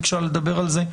ביקשה לדבר על זה,